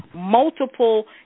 multiple